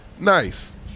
Nice